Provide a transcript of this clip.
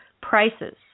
prices